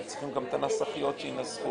אני מציע בכל זאת שנעלה את ההתעללות למעלה שהיא תהיה